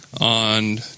on